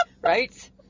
Right